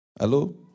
Hello